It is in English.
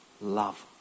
love